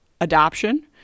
adoption